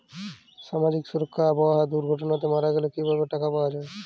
সামাজিক সুরক্ষার আওতায় দুর্ঘটনাতে মারা গেলে কিভাবে টাকা পাওয়া যাবে?